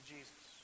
Jesus